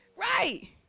right